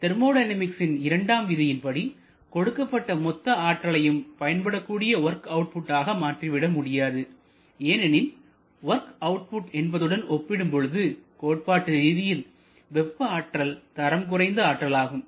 தெர்மோடைனமிக்ஸ்சின் இரண்டாம் விதியின்படி கொடுக்கப்பட்ட மொத்த ஆற்றலையும் பயன்படக்கூடிய வொர்க் அவுட்புட் ஆக மாற்றிவிட முடியாது ஏனெனில் வொர்க் அவுட்புட் என்பதுடன் ஒப்பிடும் பொழுது கோட்பாட்டு ரீதியில் வெப்ப ஆற்றல் தரம் குறைந்த ஆற்றலாகும்